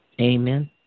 Amen